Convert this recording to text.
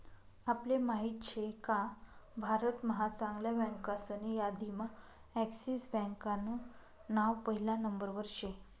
आपले माहित शेका भारत महा चांगल्या बँकासनी यादीम्हा एक्सिस बँकान नाव पहिला नंबरवर शे